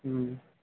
ہوں